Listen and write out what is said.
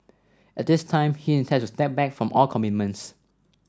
at this time he intends to step back from all commitments